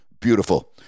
beautiful